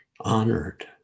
honored